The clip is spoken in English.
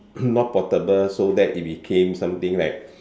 not portable so that it became something like